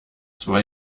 zwei